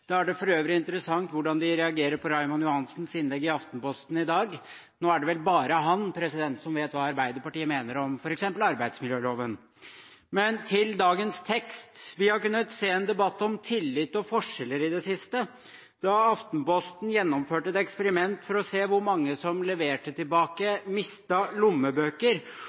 Da er det for øvrig interessant hvordan de reagerer på Raymond Johansens innlegg i Aftenposten i dag. Nå er det vel bare han som vet hva Arbeiderpartiet mener om f.eks. arbeidsmiljøloven. Men til dagens tekst: Vi har kunnet se en debatt om tillit og forskjeller i det siste. Da Aftenposten gjennomførte et eksperiment for å se hvor mange som leverte tilbake mistede lommebøker,